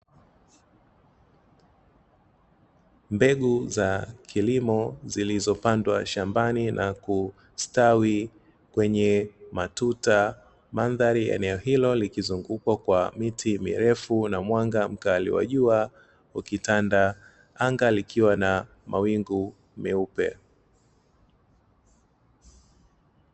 Mbegu za kilimo zilizopandwa shambani na kustawi kwenye matuta, mandhari ya eneo hilo likizungukwa kwa miti mirefu na mwanga mkali wa jua ukitanda, anga likiwa na mawingu meupe.